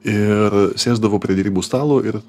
ir sėsdavo prie derybų stalo ir